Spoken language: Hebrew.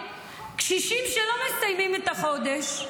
שקשישים לא מסיימים את החודש,